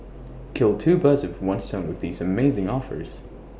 kill two birds with one stone with these amazing offers